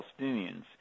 Palestinians